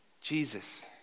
Jesus